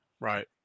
Right